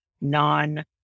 non